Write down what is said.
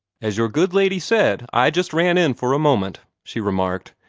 as your good lady said, i just ran in for a moment, she remarked,